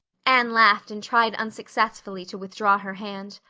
anne laughed and tried unsuccessfully to withdraw her hand.